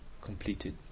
completed